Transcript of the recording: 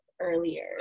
earlier